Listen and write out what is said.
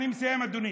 אני מסיים, אדוני.